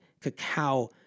cacao